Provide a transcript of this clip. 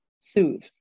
soothe